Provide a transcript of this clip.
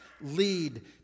lead